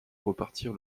repartir